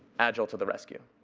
agile to the rescue.